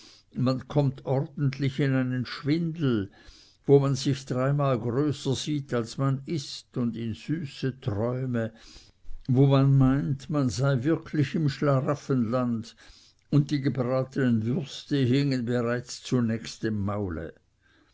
man kommt ordentlich in einen schwindel wo man sich dreimal größer sieht als man ist und in süße träume wo man meint man sei wirklich im schlaraffenland und die gebratenen würste hingen bereits zunächst dem maule